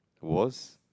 was